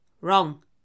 Wrong